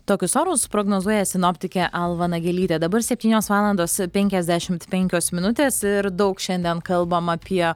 tokius orus prognozuoja sinoptikė alva nagelytė dabar septynios valandos penkiasdešimt penkios minutės ir daug šiandien kalbam apie